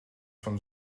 von